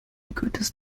goethes